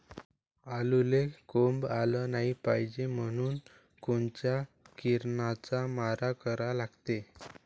आलूले कोंब आलं नाई पायजे म्हनून कोनच्या किरनाचा मारा करा लागते?